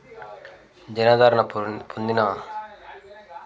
జనాదరణ పొన్ పొందిన